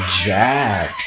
jack